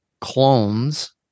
clones